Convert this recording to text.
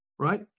Right